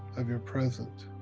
of your present,